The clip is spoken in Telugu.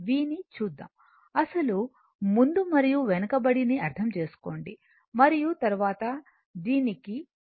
v ను చూద్దాము అసలు ముందుl మరియు వెనుకబడి ని అర్థం చేసుకోండి మరియు తరువాత దీనికి వద్దాము